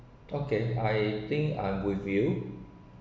okay I think I would view